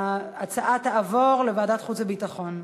תעבור לוועדת החוץ והביטחון.